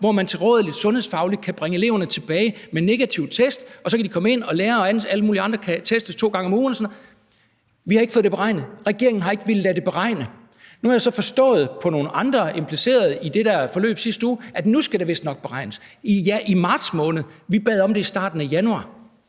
er tilrådeligt at bringe eleverne tilbage med negative tests, og så kan de komme ind og modtage læring, og alle mulige andre kan testes to gange om ugen og sådan noget. Vi har ikke fået det beregnet; regeringen har ikke villet lade det beregne. Nu har jeg så forstået på nogle andre implicerede i det der forløb i sidste uge, at nu skal det vist nok beregnes – i marts måned. Men vi bad om det i starten af januar.